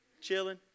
chilling